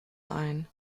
ein